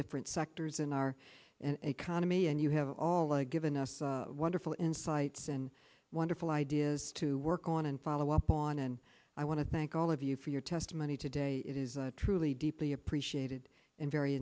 different sectors in our and economy and you have all of given us wonderful insights and wonderful ideas to work on and follow up on and i want to thank all of you for your testimony today it is a truly deeply appreciated and very